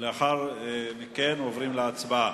לאחר מכן עוברים להצבעה.